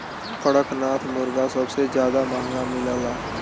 कड़कनाथ मुरगा सबसे जादा महंगा मिलला